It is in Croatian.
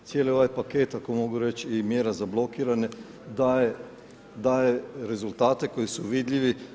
Cijeli ovaj paket, ako mogu reći i mjera za blokirane daje rezultate koji su vidljivi.